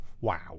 wow